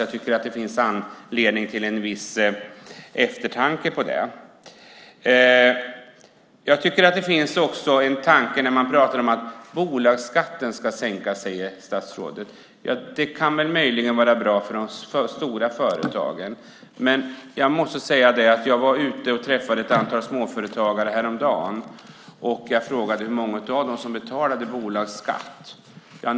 Jag tycker att det finns anledning till viss eftertanke när det gäller detta. Det finns en tanke när statsrådet pratar om att bolagsskatten ska sänkas. Det kan möjligen vara bra för de stora företagen. Men jag måste säga att jag var ute och träffade ett antal småföretagare häromdagen. Jag frågade då hur många av dem som betalar bolagsskatt.